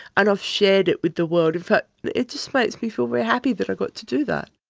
and i've shared it with the world. it but it just makes me feel very happy that i got to do that.